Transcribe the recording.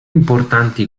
importanti